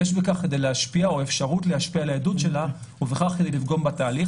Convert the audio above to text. יש בכך כדי להשפיע או אפשרות להשפיע על העדות שלה ובכך לפגום בתהליך.